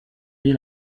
dès